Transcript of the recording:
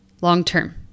long-term